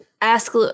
ask